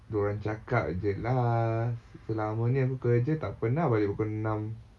dia orang cakap jer lah selama ni aku kerja tak pernah balik pukul enam